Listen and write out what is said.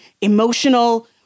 emotional